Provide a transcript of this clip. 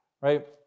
Right